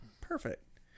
Perfect